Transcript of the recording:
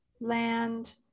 land